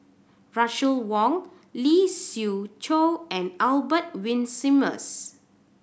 Russel Wong Lee Siew Choh and Albert Winsemius